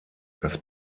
das